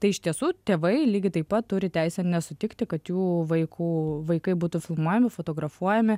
tai iš tiesų tėvai lygiai taip pat turi teisę nesutikti kad jų vaikų vaikai būtų filmuojami fotografuojami